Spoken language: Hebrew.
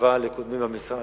בהשוואה לקודמי במשרד,